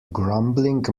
grumbling